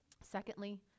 Secondly